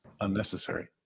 unnecessary